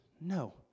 No